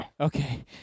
Okay